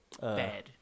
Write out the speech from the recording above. Bad